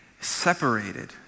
separated